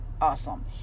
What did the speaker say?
awesome